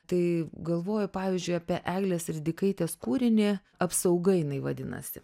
tai galvoju pavyzdžiui apie eglės ridikaitės kūrinį apsauga jinai vadinasi